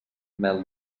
mel